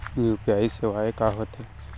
UPI सेवाएं का होथे